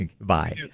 Bye